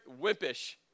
wimpish